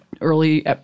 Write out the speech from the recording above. early